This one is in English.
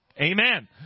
Amen